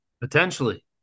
Potentially